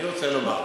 אני רוצה לומר,